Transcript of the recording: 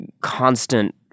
constant